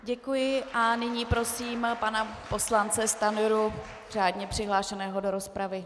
Děkuji a nyní prosím pana poslance Stanjuru, řádně přihlášeného do rozpravy.